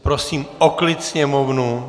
Prosím o klid sněmovnu!